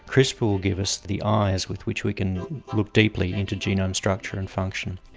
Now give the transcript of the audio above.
crispr will give us the eyes with which we can look deeply into genome structure and function.